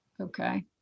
Okay